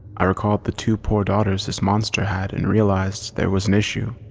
i recalled the two poor daughters this monster had and realized there was an issue.